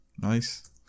Nice